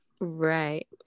Right